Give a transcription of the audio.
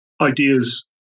ideas